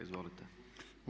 Izvolite.